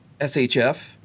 SHF